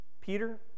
Peter